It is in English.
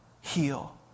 Heal